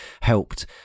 helped